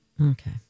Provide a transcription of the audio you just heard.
Okay